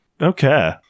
Okay